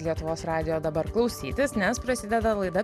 lietuvos radijo dabar klausytis nes prasideda laida